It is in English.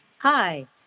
Hi